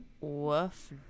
Woof